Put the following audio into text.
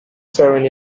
seven